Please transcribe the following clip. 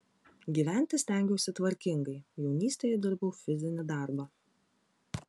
gyventi stengiausi tvarkingai jaunystėje dirbau fizinį darbą